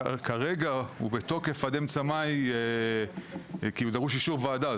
כרגע הוא בתוקף עד אמצע מאי כי הוא דרוש אישור ועדה.